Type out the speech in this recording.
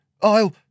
I'll